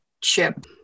chip